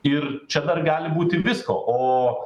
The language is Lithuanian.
ir čia dar gali būti visko o